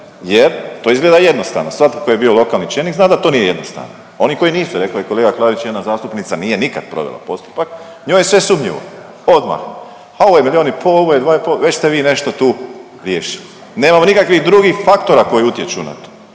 jer to izgleda jednostavno. Svatko ko je bio lokalni čelnik zna da to nije jednostavno. Oni koji nisu, rekao je kolega Klarić jedna zastupnica nije nikad provela postupak, njoj je sve sumnjivo odmah, a ovo je milijun i pol, ovo je dva i pol, već ste vi nešto tu riješili. Nemamo nikakvih drugih faktora koji utječu na to